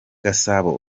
gasabo